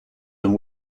and